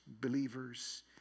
believers